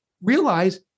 realize